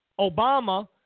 Obama